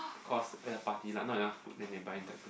course party lah not enough food then they buy in Texas